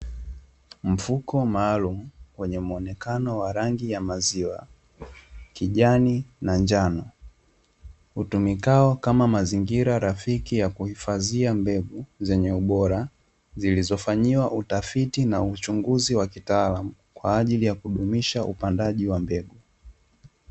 Mfuko maalumu wenye mwonekano wa rangi ya maziwa, kijani, na njano, utumikao kama mazingira rafiki ya kuhifadhia mbegu zenye ubora, zilizofanyiwa utafiti na uchunguzi wa kitaalamu, kwa ajili ya kudumisha upandaji wa mbegu.